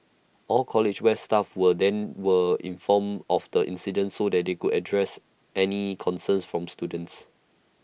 all college west staff were then were informed of the incident so they could address any concerns from students